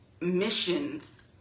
missions